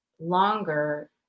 longer